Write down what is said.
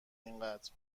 اینقدر